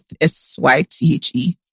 S-Y-T-H-E